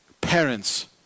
parents